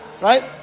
right